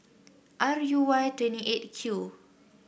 R U Y twenty Eight Q